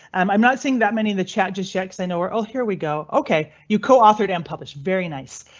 um i'm not saying that many of the chat just yet, cause i know we're all here. we go ok, you co authored and published very nice.